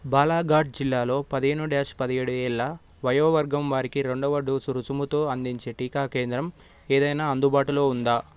బాలాఘాట్ జిల్లాలో పదిహేను డ్యాష్ పదిఏడు ఏళ్ళ వయోవర్గం వారికి రెండవ డోసు రుసుముతో అందించే టీకా కేంద్రం ఏదైనా అందుబాటులో ఉందా